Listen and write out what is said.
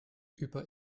über